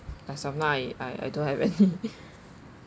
as of now I I I don't have any